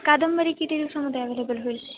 कादंबरी किती दिवसामध्ये अव्हेलेबल होईल